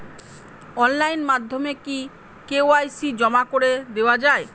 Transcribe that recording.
Online মাধ্যমে কি KYC জমা করে দেওয়া য়ায়?